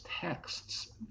texts